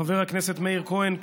חבר הכנסת מאיר כהן,